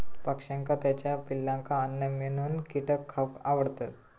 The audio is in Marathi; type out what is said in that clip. पक्ष्यांका त्याच्या पिलांका अन्न म्हणून कीटक खावक आवडतत